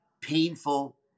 painful